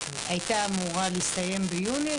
היום המורים החליטו מה קורה איתם בשנה הבאה.